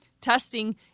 testing